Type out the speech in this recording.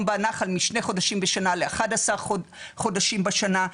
בנחל משני חודשים בשנה ל-11 חודשים בשנה.